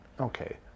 Okay